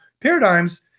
paradigms